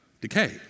Decay